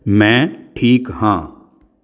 ਮੈਂ ਠੀਕ ਹਾਂ